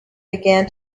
began